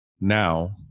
now